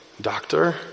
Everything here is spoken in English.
doctor